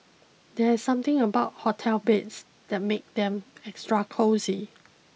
there's something about hotel beds that make them extra cosy